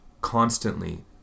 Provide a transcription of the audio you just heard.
constantly